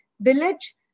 village